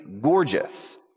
gorgeous